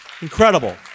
Incredible